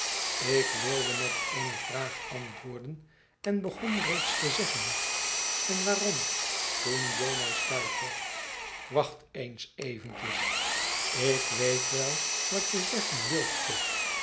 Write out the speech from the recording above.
ik wiide met eene vraag antwoorden en begon reeds te zeggen en waarom toen jo mij stuitte wacht eens eventjes ik weet wel wat je zeggen wilt pip